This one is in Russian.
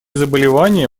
заболевания